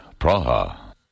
Praha